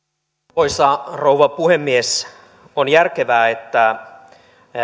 arvoisa rouva puhemies on järkevää että